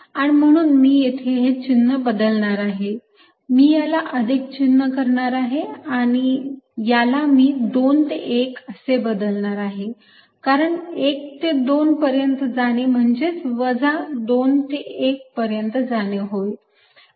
आणि म्हणून मी येथे हे चिन्ह बदलणार आहे मी याला अधिक चिन्ह करणार आहे आणि याला मी 2 ते 1 असे बदलणार आहे कारण 1 ते 2 पर्यंत जाणे म्हणजेच वजा 2 ते 1 पर्यंत जाणे होय